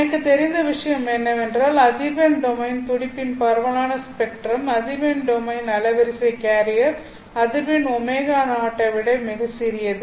எனக்குத் தெரிந்த விஷயம் என்னவென்றால் அதிர்வெண் டொமைன் ல் துடிப்பின் பரவலான ஸ்பெக்ட்ரம் அதிர்வெண் டொமைன் அலைவரிசை கேரியர் அதிர்வெண் ω0 ஐ விட மிகச் சிறியது